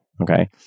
okay